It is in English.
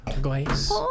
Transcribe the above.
glaze